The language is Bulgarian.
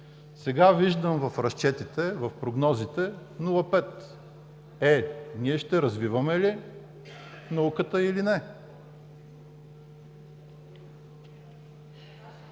Сега виждам в разчетите, в прогнозите – 0,5%. Е, ние ще развиваме ли науката, или не?!